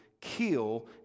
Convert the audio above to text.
kill